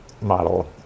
model